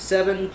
Seven